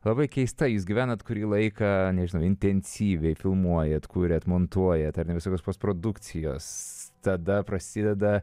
labai keista jūs gyvenat kurį laiką nežinau intensyviai filmuojat kūriat montuojat ar ne visokios posprodukcijos tada prasideda